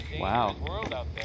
Wow